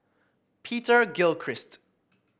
Peter Gilchrist